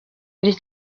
ari